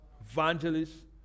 evangelist